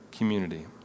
Community